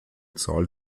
zahl